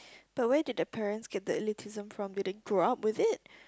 but where did the parents get the elitism from did they grow up with it